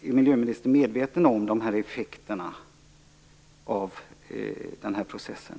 Är miljöministern medveten om de här effekterna av processen?